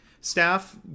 Staff